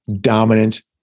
dominant